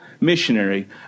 missionary